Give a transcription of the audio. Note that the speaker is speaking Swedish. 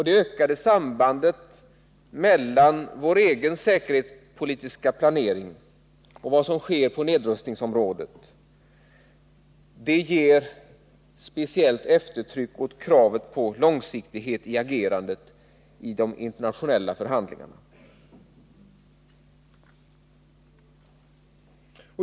Det ökade sambandet mellan vår egen säkerhetspolitiska planering och vad som sker på nedrustningsområdet ger ett speciellt eftertryck åt kravet på långsiktighet vid agerandet i de internationella förhandlingarna.